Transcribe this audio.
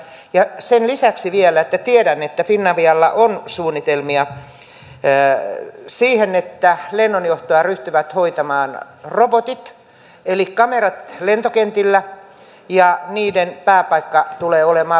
ja sen lisäksi vielä tiedän että finavialla on suunnitelmia siihen että lennonjohtoa ryhtyvät hoitamaan robotit eli kamerat lentokentillä ja niiden pääpaikka tulee olemaan virossa